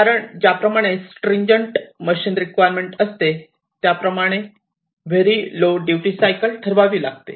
कारण ज्याप्रकारे stringent machine requirement असते त्याप्रमाणे व्हेरी लो ड्युटी सायकल ठरवावी लागते